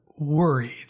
worried